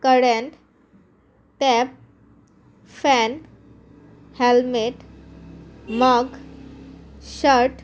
current tap fan helmet mug shirt